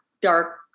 dark